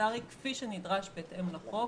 הפרלמנטרי כפי שנדרש בהתאם לחוק